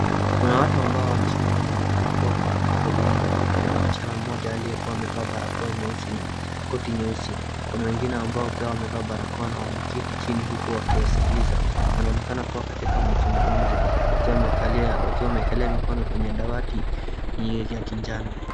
Kuna watu ambao wamesimama wanaonekana kuwa katika foleni na kuna msichana mmoja aliyekuwa amevaa barakoa nyeusi na koti nyeusi. Kuna wengine ambao pia wamevaa barakoa na wameketi chini huku wakiwasikiliza. Wanaonekana kuwa katika mazungumzo wakiwa wamekalia, wakiwa wameekelea mikono kwenye dawati ya kijano.